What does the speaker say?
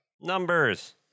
Numbers